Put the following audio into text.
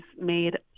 made